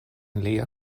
lia